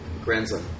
grandson